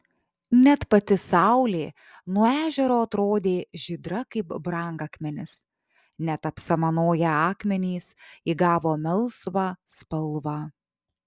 net pati saulė nuo ežero atrodė žydra kaip brangakmenis net apsamanoję akmenys įgavo melsvą spalvą